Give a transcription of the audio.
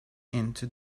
into